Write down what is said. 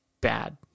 bad